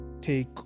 take